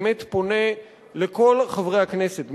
באמת פונה לכל חברי הכנסת,